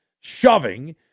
shoving